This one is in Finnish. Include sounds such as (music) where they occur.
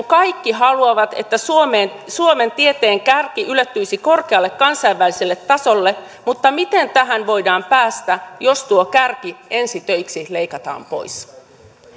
(unintelligible) kaikki haluavat että suomen tieteen kärki ylettyisi korkealle kansainväliselle tasolle mutta miten tähän voidaan päästä jos tuo kärki ensi töiksi leikataan pois